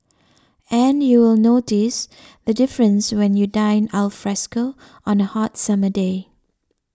and you will notice the difference when you dine alfresco on a hot summer day